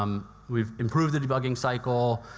um we've improved the debugging cycle,